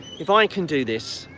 if i can do this,